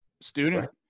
student